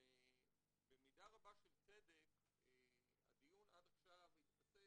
במידה רבה של צדק הדיון עד עכשיו התמקד